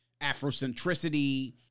Afrocentricity